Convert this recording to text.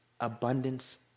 abundance